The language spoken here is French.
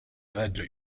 vague